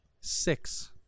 six